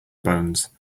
bones